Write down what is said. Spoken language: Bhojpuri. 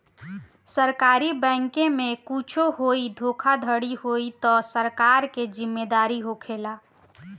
सरकारी बैंके में कुच्छो होई धोखाधड़ी होई तअ सरकार के जिम्मेदारी होखेला